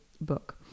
book